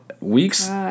Weeks